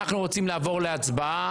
אנחנו רוצים לעבור להצבעה.